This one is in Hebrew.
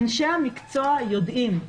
אנשי המקצוע יודעים.